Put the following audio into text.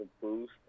boost